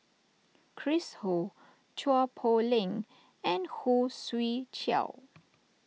Chris Ho Chua Poh Leng and Khoo Swee Chiow